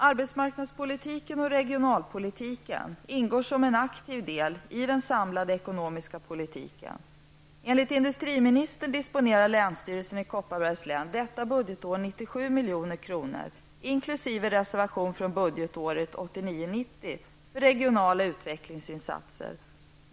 Arbetsmarknadspolitiken och regionalpolitiken ingår som en aktiv del i den samlade ekonomiska politiken. Enligt industriministern disponerar länsstyrelsen i Kopparbergs län detta budgetår 97 milj.kr., inkl. reservation från budgetåret 1989/90, för regionala utvecklingsinsatser.